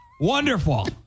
Wonderful